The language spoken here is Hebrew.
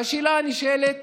והשאלה הנשאלת,